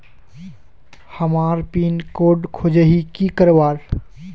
हमार pin code खोजोही की करवार?